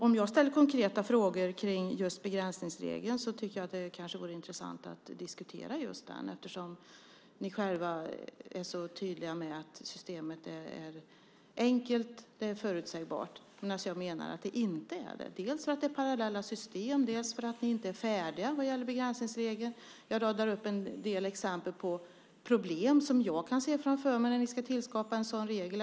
Om jag ställer konkreta frågor om begränsningsregeln tycker jag kanske att det vore intressant att diskutera just den. Ni är själva så tydliga med att systemet är enkelt och förutsägbart, medan jag menar att det inte är det dels för att det är parallella system, dels för att ni inte är färdiga vad gäller begränsningsregeln. Jag radar upp en del exempel på problem som jag kan se framför mig när ni ska tillskapa en sådan regel.